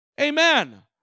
amen